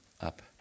up